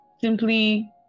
simply